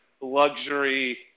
luxury